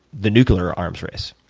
the nuclear arms race,